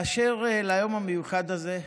באשר ליום המיוחד הזה,